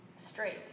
straight